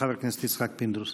חבר הכנסת יצחק פינדרוס.